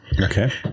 Okay